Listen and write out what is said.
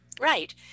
Right